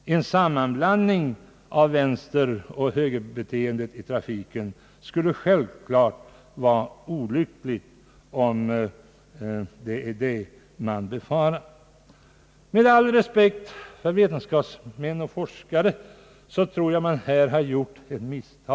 En sammanblandning av vänsteroch högerbeteendet i trafiken skulle självklart vara olyckligt — om det är det man befarar. Med all respekt för vetenskapsmän och forskare tror jag att man här har gjort ett misstag.